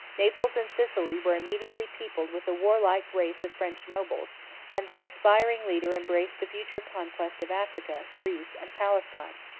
naples and sicily were immediately peopled with a warlike race of french nobles and their aspiring leader embraced the future conquest of africa, greece, and palestine.